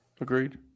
Agreed